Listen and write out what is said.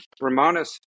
Romanus